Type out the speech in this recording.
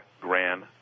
grand